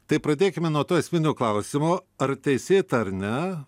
tai pradėkime nuo to esminio klausimo ar teisėta ar ne